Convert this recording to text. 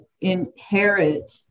inherit